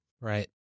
Right